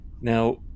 Now